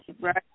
right